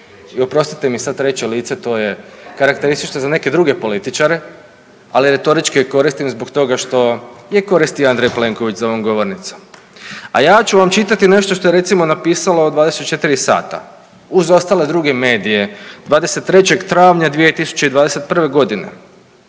I oprostite mi sad 3. lice, to je karakteristično za neke druge političare, ali retorički je koristim zbog toga što je koristi Andrej Plenković za ovom govornicom. A ja ću vam čitati nešto što je recimo, napisalo 24 sata uz ostale druge medije, 23. travnja 2021. g.,